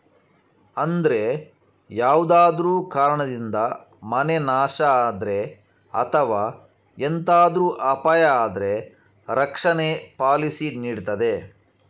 ಅಂದ್ರೆ ಯಾವ್ದಾದ್ರೂ ಕಾರಣದಿಂದ ಮನೆ ನಾಶ ಆದ್ರೆ ಅಥವಾ ಎಂತಾದ್ರೂ ಅಪಾಯ ಆದ್ರೆ ರಕ್ಷಣೆ ಪಾಲಿಸಿ ನೀಡ್ತದೆ